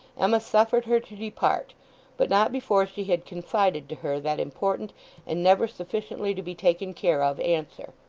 emma suffered her to depart but not before she had confided to her that important and never-sufficiently-to-be-taken-care-of answer,